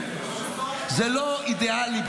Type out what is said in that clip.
זה לא אידיאלי,